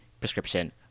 prescription